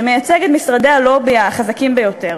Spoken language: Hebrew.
שמייצג את משרדי הלובי החזקים ביותר.